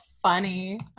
funny